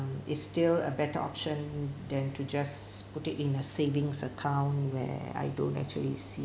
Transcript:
um is still a better option than to just put it in a savings account where I don't actually see